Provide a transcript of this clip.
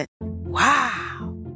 Wow